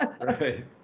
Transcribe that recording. Right